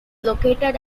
located